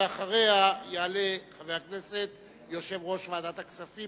ואחריה יעלה יושב-ראש ועדת הכספים,